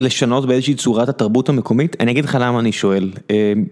לשנות באיזושהי צורה את התרבות המקומית? אני אגיד לך למה אני שואל.